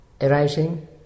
arising